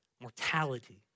mortality